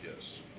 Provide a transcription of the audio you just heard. Yes